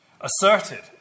asserted